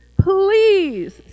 Please